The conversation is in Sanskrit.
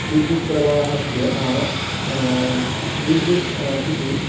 विद्युत् प्रवाहस्य नाम विद्युत् इति